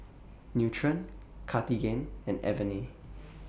Nutren Cartigain and Avene